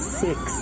six